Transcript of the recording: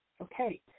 Okay